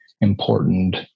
important